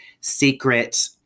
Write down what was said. secret